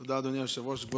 תודה, אדוני היושב-ראש.